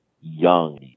young